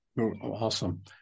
awesome